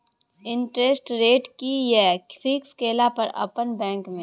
Interest rate कि ये fix केला पर अपन बैंक में?